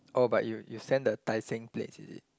oh but you you send the Tai-Seng places is it